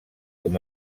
com